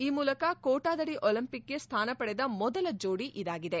ಈ ಮೂಲಕ ಕೋಟಾದಡಿ ಒಲಿಂಪಿಕ್ ಗೆ ಸ್ಥಾನ ಪಡೆದ ಮೊದಲ ಜೋಡಿ ಇದಾಗಿದೆ